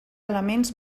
elements